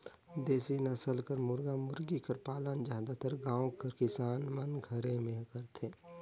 देसी नसल कर मुरगा मुरगी कर पालन जादातर गाँव कर किसान मन घरे में करथे